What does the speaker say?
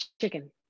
chicken